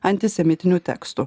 antisemitinių tekstų